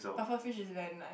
pufferfish is very nice